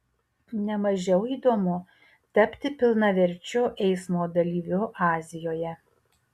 ne mažiau įdomu tapti pilnaverčiu eismo dalyviu azijoje